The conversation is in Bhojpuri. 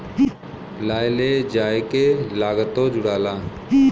लाए ले जाए के लागतो जुड़ाला